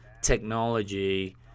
technology